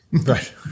Right